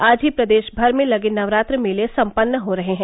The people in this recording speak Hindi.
आज ही प्रदेश भर में लगे नवरात्र मेले सम्पन्न हो रहे हैं